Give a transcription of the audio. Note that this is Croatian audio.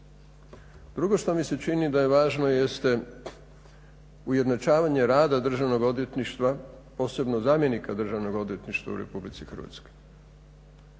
Drugo što mi se čini da je važno jeste ujednačavanje rada Državnog odvjetništva posebno zamjenika Državnog odvjetništva u RH.